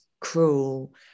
cruel